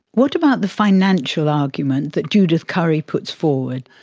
what about the financial argument that judith curry puts forward?